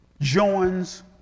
joins